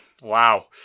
Wow